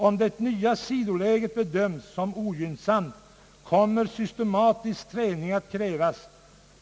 Om det nya sidoläget bedöms som ogynnsamt kommer systematisk träning att krävas.